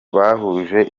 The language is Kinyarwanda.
bahuje